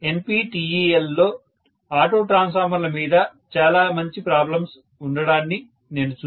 NPTELలో auto ట్రాన్స్ఫార్మర్ల మీద చాలా మంచి ప్రాబ్లమ్స్ ఉండడాన్ని నేను చూశాను